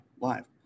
live